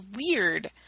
weird